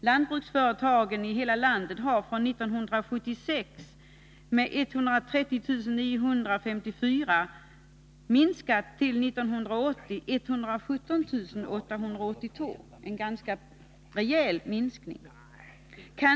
Lantbruksföretagen i hela landet har från 1976, då de var 130 954, till 1980 minskat till 117 882 — en ganska rejäl minskning således.